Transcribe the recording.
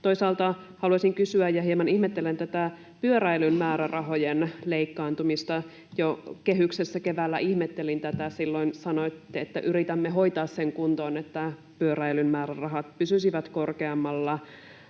Toisaalta haluaisin kysyä ja hieman ihmettelen tätä pyöräilyn määrärahojen leikkaantumista — jo kehyksessä keväällä ihmettelin tätä. Silloin sanoitte, että yritämme hoitaa sen kuntoon, että pyöräilyn määrärahat pysyisivät korkeammalla